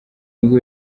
nubwo